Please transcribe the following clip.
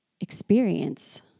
experience